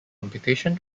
computation